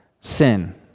Sin